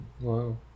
Wow